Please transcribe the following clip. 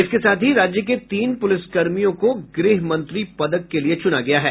इसके साथ ही राज्य के तीन पुलिसकर्मियों को गृह मंत्री पदक लिये चुना गया है